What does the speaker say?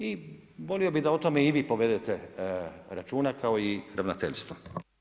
I volio bih da o tome i vi povedete računa kao i ravnateljstvo.